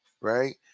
right